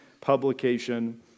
publication